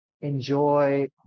enjoy